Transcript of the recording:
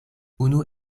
unu